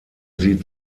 sie